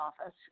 office